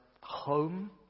home